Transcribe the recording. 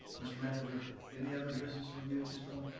mr. manager, any other business from you at this point? yeah.